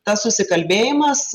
tas susikalbėjimas